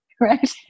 right